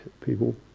people